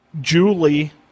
Julie